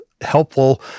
helpful